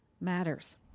matters